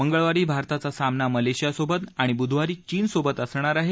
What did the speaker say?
मंगळवारी भारताचा सामना मलेशियासोबत आणि बुधवारी चीनसोबत असणार आहे